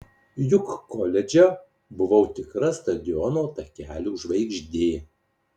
juk koledže buvau tikra stadiono takelių žvaigždė